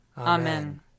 Amen